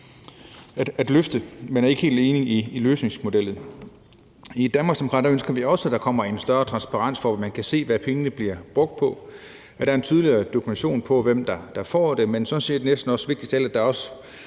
at løse, men jeg er ikke helt enig i løsningsmodellen. I Danmarksdemokraterne ønsker vi også, at der kommer en større transparens, så man kan se, hvad pengene bliver brugt på, og at der er tydeligere dokumentation for, hvem der får dem, men sådan set også og næsten vigtigst af alt, at der